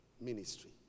ministry